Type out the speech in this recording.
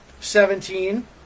seventeen